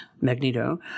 Magneto